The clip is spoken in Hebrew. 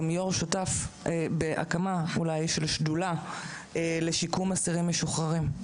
יו"ר שותף בהקמה של שדולה לשיקום אסירים משוחררים.